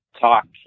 talk